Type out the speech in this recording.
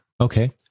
Okay